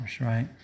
right